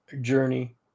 journey